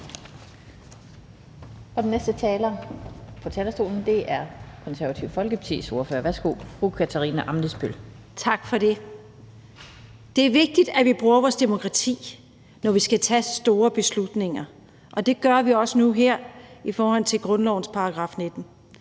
Og den næste taler på talerstolen er Det Konservative Folkepartis ordfører. Værsgo, fru Katarina Ammitzbøll. Kl. 16:37 (Ordfører) Katarina Ammitzbøll (KF): Tak for det. Det er vigtigt, at vi bruger vores demokrati, når vi skal tage store beslutninger, og det gør vi også nu her i forhold til grundlovens § 19.